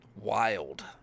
wild